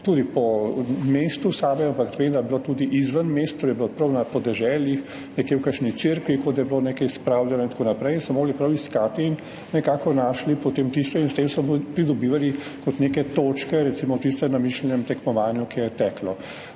ampak vem, da je bilo tudi izven mest, torej je bilo prav na podeželjih, nekje v kakšni cerkvi kot da je bilo nekaj spravljeno in tako naprej. In so morali prav iskati in so nekako našli potem tisto in so s tem pridobivali kot neke točke recimo v tistem namišljenem tekmovanju, ki je teklo.